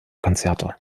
konzerte